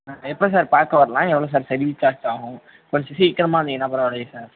ஆ எப்போ சார் பார்க்க வர்லான் எவ்வளோ சார் சர்வீஸ் சார்ஜ் ஆகும் கொஞ்சம் சீக்கிரமாக வந்தீங்கன்னா பரவாயில்லையே சார்